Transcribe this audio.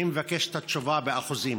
אני מבקש את התשובה באחוזים.